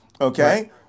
okay